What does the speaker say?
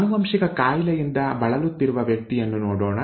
ಆನುವಂಶಿಕ ಕಾಯಿಲೆಯಿಂದ ಬಳಲುತ್ತಿರುವ ವ್ಯಕ್ತಿಯನ್ನು ನೋಡೋಣ